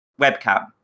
webcam